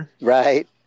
Right